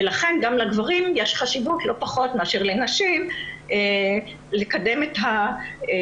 ולכן גם לגברים יש חשיבות לא פחות מאשר לנשים לקדם את הנושא.